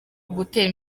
gutera